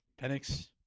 Penix